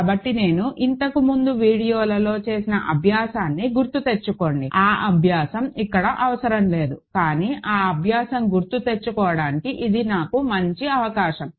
కాబట్టి నేను ఇంతకుముందు వీడియోలో చేసిన అభ్యాసాన్ని గుర్తుతెచ్చుకోండి ఆ అభ్యాసం ఇక్కడ అవసరం లేదు కానీ ఆ అభ్యాసం గుర్తుకు తెచ్చుకోవడానికి ఇది నాకు మంచి అవకాశం